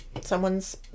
someone's